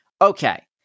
Okay